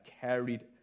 carried